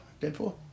Deadpool